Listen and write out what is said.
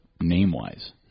name-wise